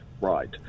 right